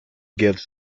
gives